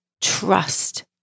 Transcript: trust